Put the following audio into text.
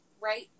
Right